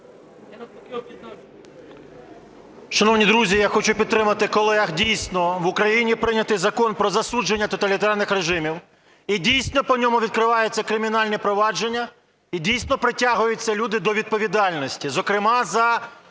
Шановні друзі, я хочу підтримати колег. Дійсно, в Україні прийнятий Закон про засудження тоталітарних режимів і, дійсно, по ньому відкриваються кримінальні провадження, і, дійсно, притягуються люди до відповідальності, зокрема за